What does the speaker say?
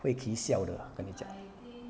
会 kee siao 的跟你讲